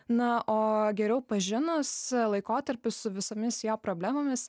na o geriau pažinus laikotarpį su visomis jo problemomis